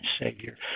Savior